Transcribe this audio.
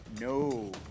No